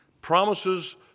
promises